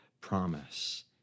promise